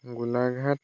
Golaghat